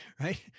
Right